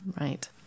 Right